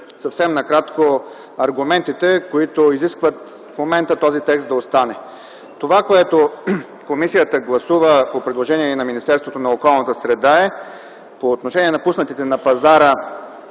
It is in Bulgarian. съвсем накратко аргументите, които изискват в момента този текст да остане. Това, което комисията гласува по предложение на Министерството на околната среда и водите, е по отношение на пуснатите на пазара